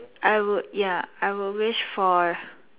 I would ya I would wish for